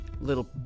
little